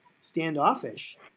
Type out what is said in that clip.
standoffish